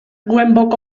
głęboko